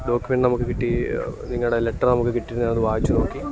document നമുക്ക് കിട്ടി നിങ്ങളുടെ ലെറ്റർ നമുക്ക് കിട്ടി ഞാനത് വായിച്ചുനോക്കി